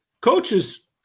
coaches